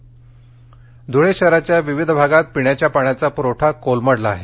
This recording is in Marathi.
धुळे धुळे शहराच्या विविध भागात पिण्याचा पाण्याचा पुरवठा कोलमडला आहे